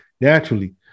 naturally